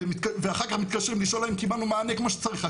ואחר כך מתקשרים לשאול האם קיבלנו מענה כמו שצריך.